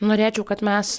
norėčiau kad mes